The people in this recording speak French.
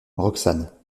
roxane